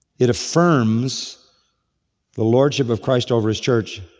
it affirms the lordship of christ over his church.